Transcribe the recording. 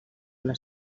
una